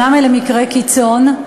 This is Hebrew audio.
אלה מקרי קיצון.